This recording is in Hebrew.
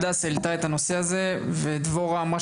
הדס העלתה את הנושא הזה ודבורה אמרה